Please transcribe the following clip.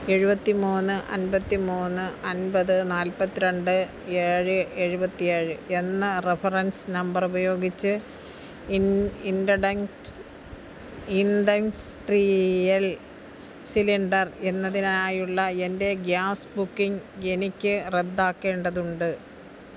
എഴുപത്തിമൂന്ന് അൻപത്തിമൂന്ന് അൻപത് നാൽപ്പത്തിരണ്ട് ഏഴ് എഴുപത്തി ഏഴ് എന്ന റഫറൻസ് നമ്പർ ഉപയോഗിച്ച് ഇൻഡൻസ്ട്രിയൽ സിലിണ്ടർ എന്നതിനായുള്ള എൻ്റെ ഗ്യാസ് ബുക്കിംഗ് എനിക്ക് റദ്ദാക്കേണ്ടതുണ്ട്